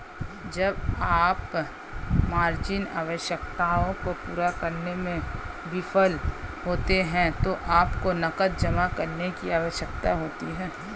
जब आप मार्जिन आवश्यकताओं को पूरा करने में विफल होते हैं तो आपको नकद जमा करने की आवश्यकता होती है